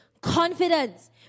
confidence